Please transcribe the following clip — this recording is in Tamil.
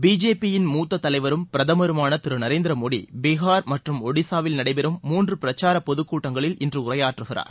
பிஜேபியின் மூத்த தலைவரும் பிரதமருமான திரு நரேந்திர மோடி பீகார் மற்றும் ஒடிசாவில் நடைபெறும் மூன்று பிரச்சார பொதுக் கூட்டங்களில் இன்று உரையாற்றுகிறார்